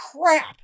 crap